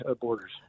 borders